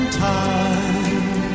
time